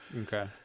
Okay